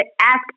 ask